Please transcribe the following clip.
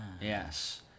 Yes